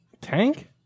Tank